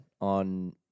on